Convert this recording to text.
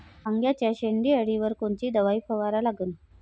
वांग्याच्या शेंडी अळीवर कोनची दवाई फवारा लागन?